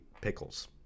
pickles